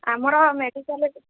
ଆମର ମେଡ଼ିକାଲ୍